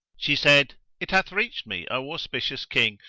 she said, it hath reached me, o auspicious king,